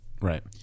right